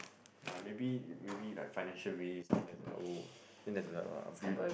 ya maybe maybe that financial risk then that's a oh then that's a a build